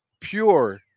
pure